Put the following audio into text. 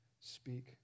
speak